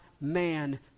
man